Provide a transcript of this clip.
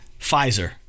Pfizer